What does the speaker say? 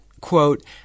quote